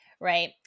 right